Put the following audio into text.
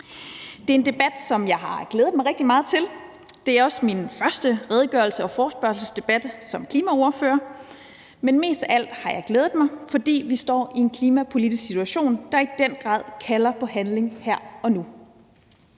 Det er en debat, som jeg har glædet mig rigtig meget til. Det er også min første redegørelses- og forespørgselsdebat som klimaordfører, men mest af alt har jeg glædet mig, fordi vi står i en klimapolitisk situation, der i den grad kalder på handling her og nu.